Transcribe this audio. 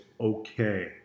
okay